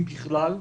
אם בכלל.